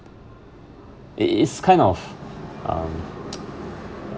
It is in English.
it is kind of um